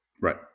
Right